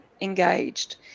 engaged